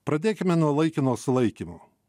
pradėkime nuo laikino sulaikymo